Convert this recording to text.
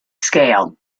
scale